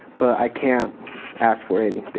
but i can't ask for anything.